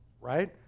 right